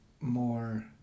more